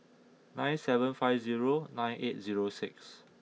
nine seven five zero nine eight zero six